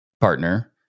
partner